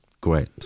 great